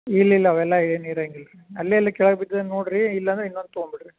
ಇಲ್ಲಿಲ್ಲ ಅವೆಲ್ಲ ಏನು ಇರಂಗಿಲ್ರಿ ಅಲ್ಲೆಲ್ಲ ಕೆಳಗೆ ಬಿದ್ದ ನೋಡ್ರಿ ಇಲಂದ್ರ ಇನ್ನೊಂದು ತೊಂಬಿಡ್ರಿ